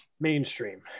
mainstream